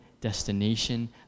destination